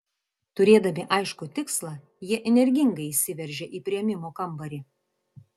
turėdami aiškų tikslą jie energingai įsiveržė į priėmimo kambarį